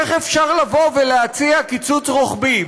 איך אפשר לבוא ולהציע קיצוץ רוחבי,